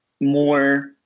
more